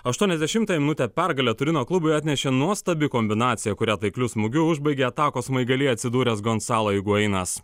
aštuoniasdešimtąją minutę pergalę turino klubui atnešė nuostabi kombinacija kurią taikliu smūgiu užbaigė atakos smaigalyje atsidūręs gonsala eguinas